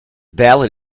ballad